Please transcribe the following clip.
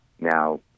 now